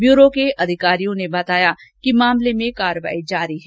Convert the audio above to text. bureau के अधिकारियों ने बताया कि मामले में कार्रवाही जारी है